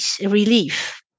relief